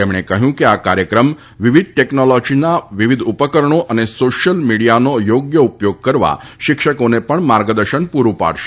તેમણે કહ્યું કે આ કાર્યક્રમ વિવિધ ટેકનોલોજીના વિવિધ ઉપકરણો અને સોશ્યલ મીડિયાનો યોગ્ય ઉપયોગ કરવા શિક્ષકોને પણ માર્ગદર્શન પૂરું પાડશે